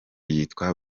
yitwa